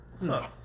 No